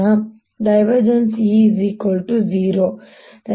E 0 ಆಗಿರುತ್ತದೆ